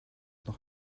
noch